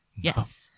Yes